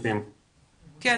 לרשום.